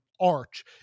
arch